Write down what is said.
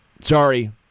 sorry